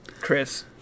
chris